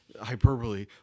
hyperbole